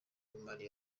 w’imari